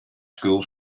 school